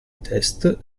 test